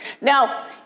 Now